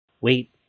wait